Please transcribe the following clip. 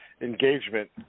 Engagement